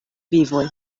vivoj